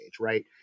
right